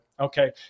Okay